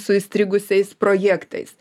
su įstrigusiais projektais